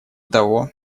того